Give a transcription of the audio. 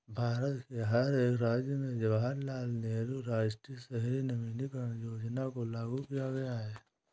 भारत के हर एक राज्य में जवाहरलाल नेहरू राष्ट्रीय शहरी नवीकरण योजना को लागू किया गया है